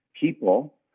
people